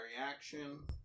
action